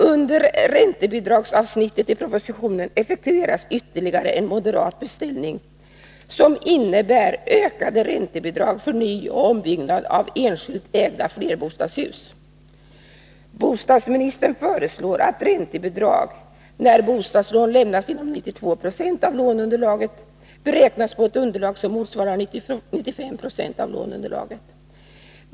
Under räntebidragsavsnittet i propositionen effektueras ytterligare en moderat beställning som innebär ökade räntebidrag för nyoch ombyggnad av enskilt ägda flerbostadshus. Bostadsministern föreslår att räntebidrag, när bostadslån lämnas inom 92 96 av låneunderlaget, beräknas på ett underlag som motsvarar 95 26 av låneunderlaget.